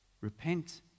Repent